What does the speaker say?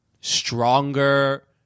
stronger